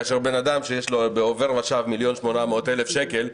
כאשר שיש לו בעובר ושב 1.8 מיליון שקל,